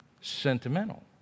sentimental